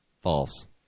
False